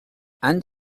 and